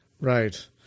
right